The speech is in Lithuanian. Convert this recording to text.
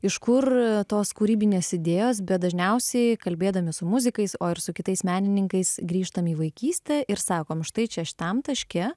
iš kur tos kūrybinės idėjos bet dažniausiai kalbėdami su muzikais o ir su kitais menininkais grįžtam į vaikystę ir sakom štai čia šitam taške